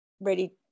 ready